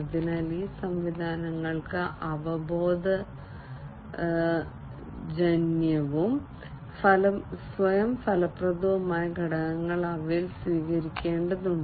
അതിനാൽ ഈ സംവിധാനങ്ങൾക്ക് അവബോധജന്യവും സ്വയം ഫലപ്രദവുമായ ഘടകങ്ങൾ അവയിൽ സ്വീകരിക്കേണ്ടതുണ്ട്